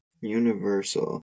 Universal